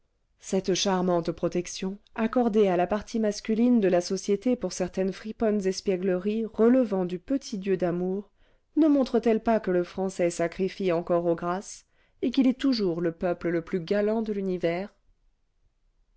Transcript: cette charmante protection accordée à la partie masculine de la société pour certaines friponnes espiègleries relevant du petit dieu d'amour ne montre-t-elle pas que le français sacrifie encore aux grâces et qu'il est toujours le peuple le plus galant de l'univers